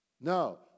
No